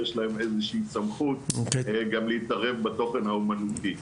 יש להם איזושהי סמכות גם להתערב בתוכן האמנותי.